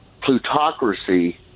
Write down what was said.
plutocracy